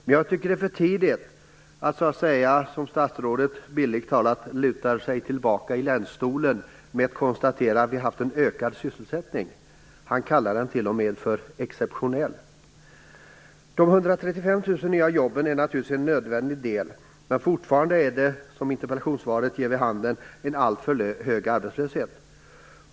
Jag tycker dock att det är för tidigt att som statsrådet luta sig tillbaka i länsstolen med konstaterandet att vi har haft en ökad sysselsättning. Han kallar den t.o.m. exceptionell. De 135 000 nya jobben är naturligtvis en nödvändig del, men fortfarande är det som interpellationssvaret säger en alltför hög arbetslöshet.